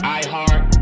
iHeart